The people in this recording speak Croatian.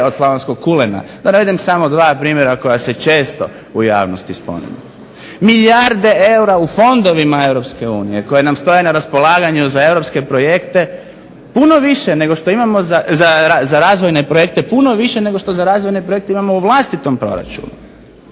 od slavonskog kulena, da navedem samo dva primjera koja se često u javnosti spominju. Milijarde eura u fondovima Europske unije koji nam stoje na raspolaganju za razvojne projekte, puno više nego što za razvojne projekte imamo u vlastitom proračunu,